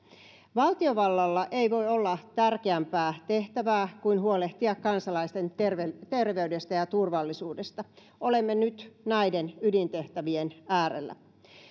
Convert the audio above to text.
valtiovallalla ei voi olla tärkeämpää tehtävää kuin huolehtia kansalaisten terveydestä terveydestä ja ja turvallisuudesta olemme nyt näiden ydintehtävien äärellä